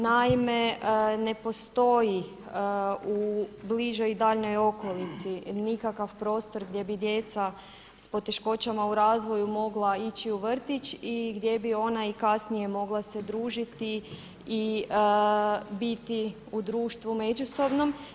Naime, ne postoji u bližoj i daljnjoj okolici nikakav prostor gdje bi djeca s poteškoćama u razvoju mogla ići u vrtić i gdje bi ona i kasnije mogla se družiti i biti u društvu međusobnom.